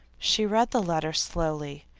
she read the letter slowly